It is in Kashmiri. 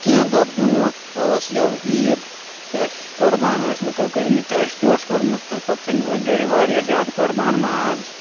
کینٛہہ دۄہ برونٛٹھ ٲس یَوٕ عیٖد تہٕ اَسہِ چھِ قۄربان ٲسۍ لُکَو کٔرۍ مٕتۍ تہٕ اَسہِ تہِ اوس کوٚرمُت تہٕ پَتہٕ سوٚمیٚو اَسہِ گَرِ واریاہ زیادٕ قۄربان ماز